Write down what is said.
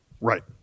Right